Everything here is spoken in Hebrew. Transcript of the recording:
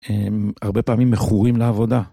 הם הרבה פעמים מכורים לעבודה.